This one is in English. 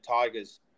Tigers